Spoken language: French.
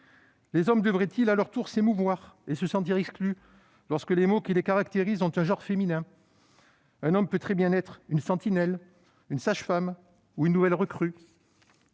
Les hommes devraient-ils à leur tour s'émouvoir et se sentir exclus lorsque les mots qui les caractérisent ont un genre féminin ? Un homme peut très bien être « une sentinelle »,« une sage-femme » ou « une nouvelle recrue